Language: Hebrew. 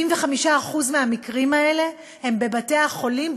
75% מהמקרים האלה הם בבתי-החולים,